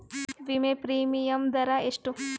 ವಿಮಾ ಪ್ರೀಮಿಯಮ್ ದರಾ ಎಷ್ಟು?